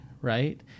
right